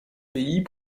pays